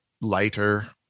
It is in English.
lighter